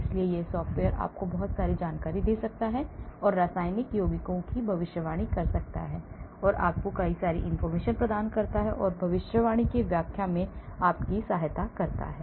इसलिए यह सॉफ़्टवेयर आपको बहुत सारी जानकारी दे सकता है जो रासायनिक यौगिकों की भविष्यवाणी करता है और टुकड़े प्रदान करता है और भविष्यवाणी की व्याख्या करने में सहायता करता है